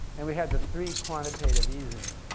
and we had the three quantitative easings.